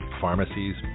pharmacies